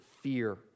fear